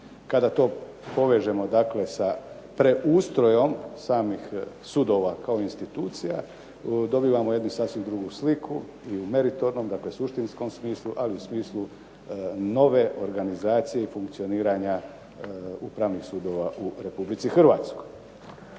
Kada to povežemo dakle sa preustrojem samih sudova kao institucija, dobivamo jednu sasvim drugu sliku i u meritornom, dakle suštinskom smislu, ali i u smislu nove organizacije i funkcioniranja upravnih sudova u Republici Hrvatskoj.